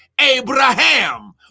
Abraham